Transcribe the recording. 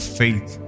faith